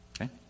Okay